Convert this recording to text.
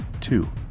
Two